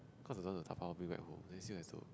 cause I don't want to da-bao bring back home then still have to